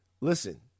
Listen